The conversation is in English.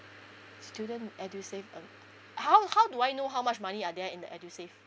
student edusave um how how do I know how much money are there in the edusave